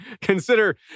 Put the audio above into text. Consider